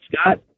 Scott